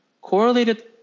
Correlated